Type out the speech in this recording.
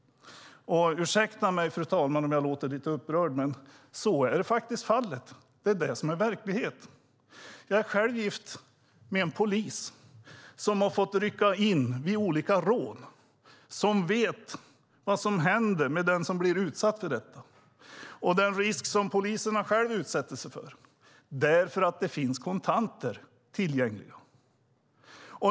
Ursäkta mig, fru talman, om jag låter lite upprörd. Men så är fallet - det är det som är verkligheten. Jag är själv gift med en polis som har fått rycka in vid olika rån och vet vad som händer med den som blir utsatt för detta och vilken risk som poliserna själva utsätter sig för därför att det finns kontanter tillgängliga.